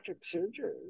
surgery